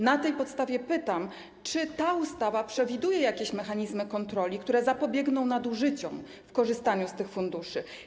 Na tej podstawie pytam: Czy ta ustawa przewiduje jakieś mechanizmy kontroli, które zapobiegną nadużyciom w korzystaniu z tych funduszy?